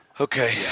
Okay